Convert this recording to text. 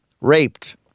raped